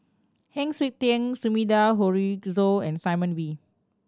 Heng Siok Tian Sumida Haruzo and Simon Wee